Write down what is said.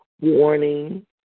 warning